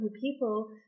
people